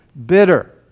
bitter